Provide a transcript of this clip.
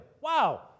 Wow